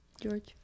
George